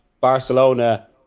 Barcelona